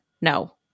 no